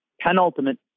penultimate